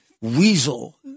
weasel